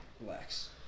Relax